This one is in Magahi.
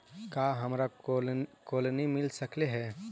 का हमरा कोलनी मिल सकले हे?